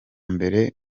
mbere